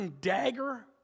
dagger